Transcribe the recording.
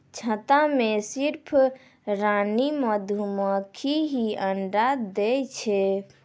छत्ता मॅ सिर्फ रानी मधुमक्खी हीं अंडा दै छै